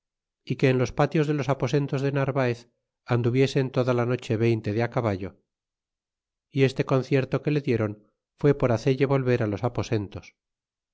y que en los patios de los aposentos de narvaez anduviesen toda la noche veinte de a caballo y este concierto que le diéron fué por hacelle volver á los aposentos